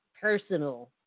personal